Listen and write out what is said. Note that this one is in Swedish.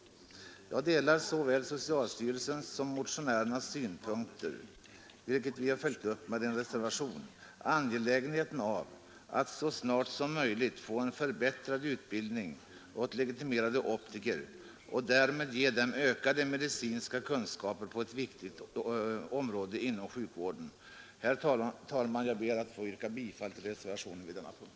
Jag delar såväl socialstyrelsens som motionärernas synpunkter — vilka vi har följt upp i en reservation — beträffande angelägenheten av att så snart som möjligt få till stånd en förbättrad utbildning för legitimerade optiker och därmed ge dem ökade medicinska kunskaper på ett viktigt område inom sjukvården. Herr talman! Jag ber att få yrka bifall till reservationen 23.